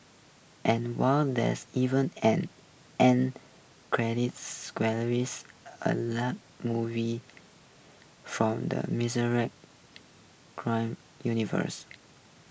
and wow there's even an end credit a la movies from the cry universe